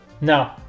No